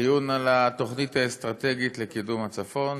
דיון על התוכנית האסטרטגית לקידום הצפון,